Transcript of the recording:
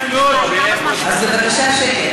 אז בבקשה שקט.